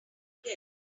again